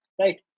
right